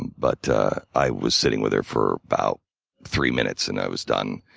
but i was sitting with her for about three minutes and i was done